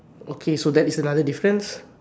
okay so that is another difference